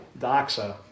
Doxa